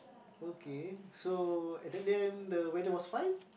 okay so at that time the weather was fine